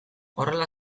horrela